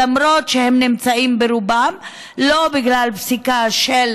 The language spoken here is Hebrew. למרות שהם נמצאים ברובם לא בגלל פסיקה של